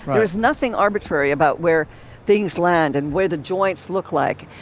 there is nothing arbitrary about where things land and where the joints look like.